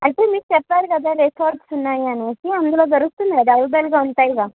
అయితే మీరు చెప్పారు కదా రిసార్ట్స్ ఉన్నాయి అనేసి అందులో దొరుకుతున్నాయి అవేలబుల్గా ఉంటాయిగా